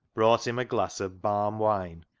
brought him a glass of balm wine,